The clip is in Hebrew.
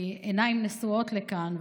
כי עיניים נשואות לכאן.